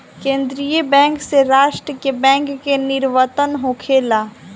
केंद्रीय बैंक से राष्ट्र के बैंक के निवर्तन होखेला